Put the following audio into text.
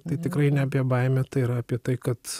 tai tikrai ne apie baimę tai yra apie tai kad